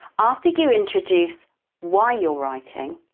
after you introduce why you're writing,